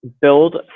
build